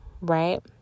Right